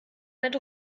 mit